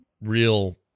real